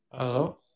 Hello